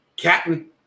Captain